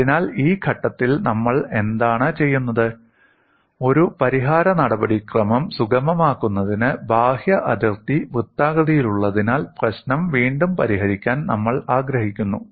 അതിനാൽ ഈ ഘട്ടത്തിൽ നമ്മൾ എന്താണ് ചെയ്യുന്നത് ഒരു പരിഹാര നടപടിക്രമം സുഗമമാക്കുന്നതിന് ബാഹ്യ അതിർത്തി വൃത്താകൃതിയിലുള്ളതിനാൽ പ്രശ്നം വീണ്ടും പരിഹരിക്കാൻ നമ്മൾ ആഗ്രഹിക്കുന്നു